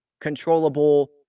controllable